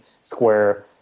square